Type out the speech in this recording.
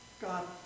God